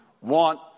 want